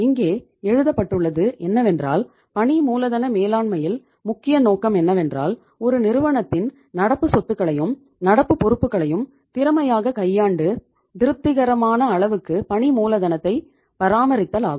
இங்கே எழுதப்பட்டுள்ளது என்னவென்றால் பணி மூலதன மேலாண்மையில் முக்கிய நோக்கம் என்னவென்றால் ஒரு நிறுவனத்தின் நடப்பு சொத்துக்களையும் நடப்பு பொறுப்புகளையும் திறமையாக கையாண்டு திருப்திகரமான அளவுக்கு பணி மூலதனத்தை பராமரித்தல் ஆகும்